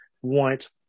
white